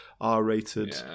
R-rated